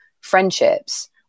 friendships